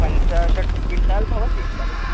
पञ्चाशत् क्विण्टल् भवति केरेट्